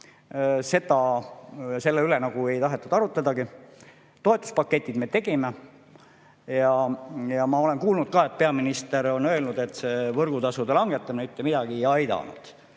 aga selle üle nagu ei tahetud arutadagi. Toetuspaketid me tegime. Ja ma olen kuulnud ka, et peaminister on öelnud, et see võrgutasude langetamine mitte midagi ei aidanud.